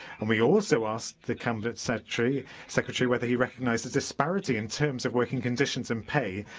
and we also asked the cabinet secretary secretary whether he recognised the disparity in terms of working conditions and pay,